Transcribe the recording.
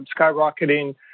skyrocketing